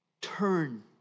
turn